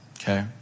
Okay